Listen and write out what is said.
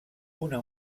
una